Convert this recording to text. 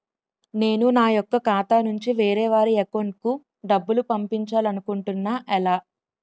నేను నా యెక్క ఖాతా నుంచి వేరే వారి అకౌంట్ కు డబ్బులు పంపించాలనుకుంటున్నా ఎలా?